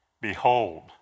Behold